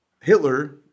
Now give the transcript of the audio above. Hitler